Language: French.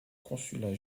consulat